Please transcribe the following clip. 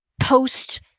post